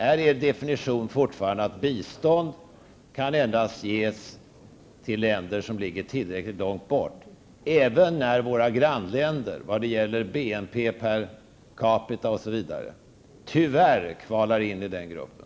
Är er definition fortfarande att bistånd kan ges endast till länder som ligger tillräckligt långt bort, även när våra grannländer, när det gäller BNP per capita osv., tyvärr kvalar in i den gruppen?